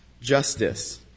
Justice